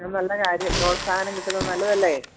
നല്ല കാര്യം പ്രോത്സാഹനം കിട്ടുന്നത് നല്ലതല്ലേ